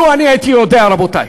לו אני הייתי יודע, רבותי,